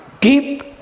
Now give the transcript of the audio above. deep